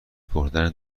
بردن